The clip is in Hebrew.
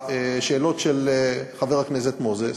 לשאלות של חבר הכנסת מוזס,